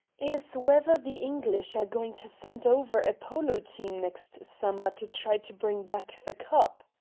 is whether the english are going to send over a polo team next summer to try to bring back the cup?